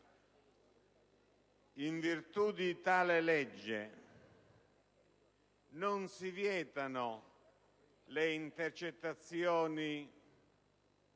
In virtù di tale legge, non si vietano le intercettazioni